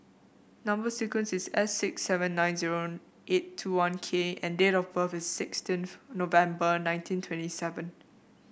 number sequence is S six seven nine zero eight two one K and date of birth is sixteenth November nineteen twenty seven